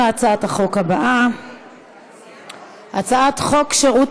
חבר הכנסת דב חנין הצביע בהצעת החוק